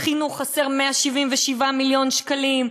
בחינוך חסרים 177 מיליון שקלים,